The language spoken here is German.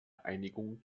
einigung